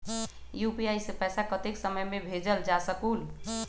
UPI से पैसा कतेक समय मे भेजल जा स्कूल?